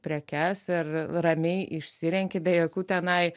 prekes ir ramiai išsirenki be jokių tenai